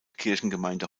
kirchengemeinde